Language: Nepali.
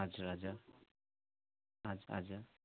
हजुर हजुर हजुर हजुर